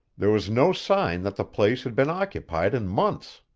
there was no sign that the place had been occupied in months.